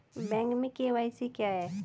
Bank में KYC क्या है?